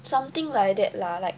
something like that lah like